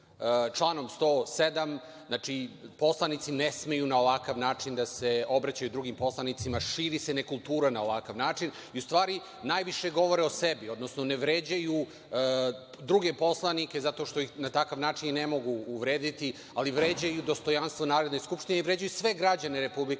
članom 107. Znači, poslanici ne smeju na ovakav način da se obraćaju drugim poslanicima, širi se nekultura na ovakav način, a u stvari najviše govore o sebi, odnosno ne vređaju druge poslanike, na takav način ih ne mogu uvrediti ali vređaju dostojanstvo Narodne skupštine i vređaju sve građane Republike